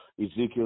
Ezekiel